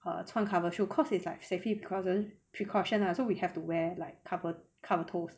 eh 穿 covered shoe cause it's like safety precaution precaution lah so we have to wear like cover cover toes